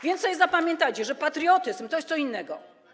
Więc sobie zapamiętajcie, że patriotyzm to jest co innego.